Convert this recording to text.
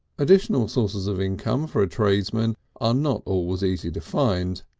additional sources of income for a tradesman are not always easy to find.